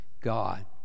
God